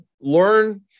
Learn